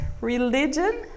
religion